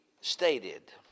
stated